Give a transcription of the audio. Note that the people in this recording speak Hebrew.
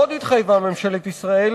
עוד התחייבה ממשלת ישראל,